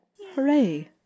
Hooray